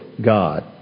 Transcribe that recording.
God